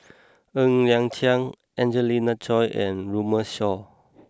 Ng Liang Chiang Angelina Choy and Runme Shaw